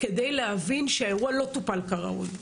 כדי להבין שהאירוע לא טופל כראוי.